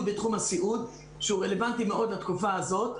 בתחום הסיעוד שהוא רלוונטי מאוד לתקופה הזאת.